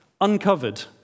uncovered